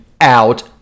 out